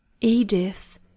Edith